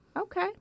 Okay